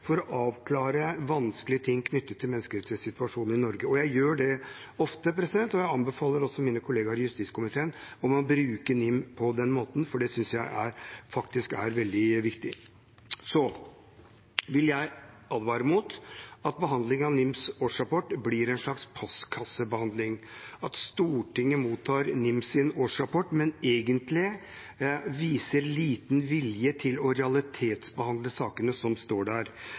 for å avklare vanskelige ting knyttet til menneskerettighetssituasjonen i Norge. Jeg gjør det ofte, og jeg anbefaler også mine kollegaer i justiskomiteen å bruke NIM på den måten, for det synes jeg faktisk er veldig viktig. Jeg vil advare mot at behandlingen av NIMs årsrapport blir en slags postkassebehandling – at Stortinget mottar NIMs årsrapport, men egentlig viser liten vilje til å realitetsbehandle sakene som står der.